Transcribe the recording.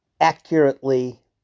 accurately